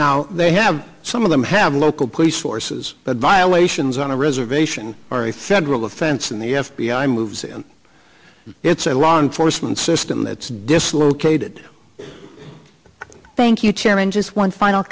now they have some of them have local police forces that violations on a reservation are a federal offense and the f b i moves it's a law enforcement system that's dislocated thank you chairman just one final